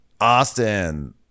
Austin